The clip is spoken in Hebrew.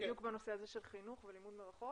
בדיוק בנושא הזה של חינוך ולימוד מרחוק